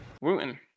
Wooten